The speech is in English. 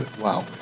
wow